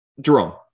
Jerome